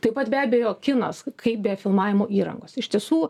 taip pat be abejo kinas kaip be filmavimo įrangos iš tiesų